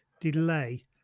delay